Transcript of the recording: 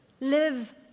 live